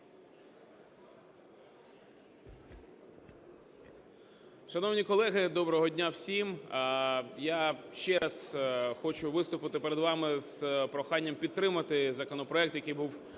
доброго дня всім.